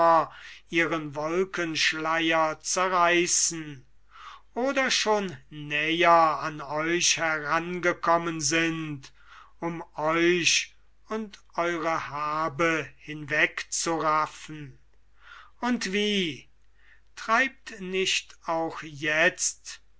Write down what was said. ihren wolkenschleier zerreißen oder schon näher an euch herangekommen sind um euch und eure habe hinwegzuraffen und wie treibt nicht auch jetzt